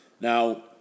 Now